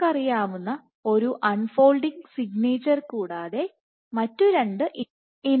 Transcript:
നിങ്ങൾക്കറിയാവുന്ന ഒരു unfolding സിഗ്നേച്ചർകൂടാതെ മറ്റ് രണ്ടു ഇനങ്ങൾ കൂടി ഉണ്ട്